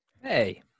Hey